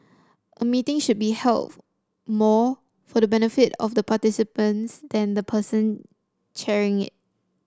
a meeting should be held more for the benefit of the participants than the person chairing it